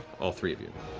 all three of you.